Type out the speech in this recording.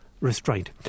restraint –